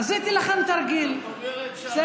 כן, עשיתי לכם תרגיל, בסדר?